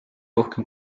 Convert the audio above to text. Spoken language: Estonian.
rohkem